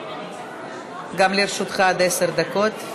גם לרשותך עד עשר דקות.